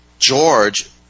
George